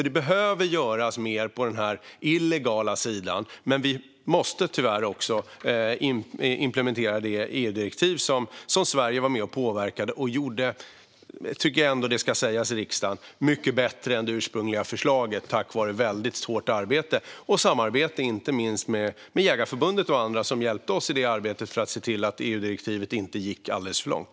Det behöver alltså göras mer på den illegala sidan, men vi måste tyvärr också implementera det EU-direktiv som Sverige var med och påverkade. Jag tycker ändå att det ska sägas i riksdagen att Sverige gjorde det mycket bättre än det ursprungliga förslaget, tack vare hårt arbete och samarbete med inte minst Jägareförbundet och andra som hjälpte oss att se till att EU-direktivet inte gick alldeles för långt.